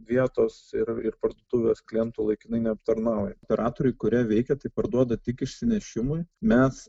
vietos ir ir parduotuvės klientų laikinai neaptarnauja operatoriai kurie veikia tai parduoda tik išsinešimui mes